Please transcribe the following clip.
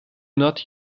not